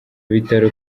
bitaro